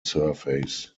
surface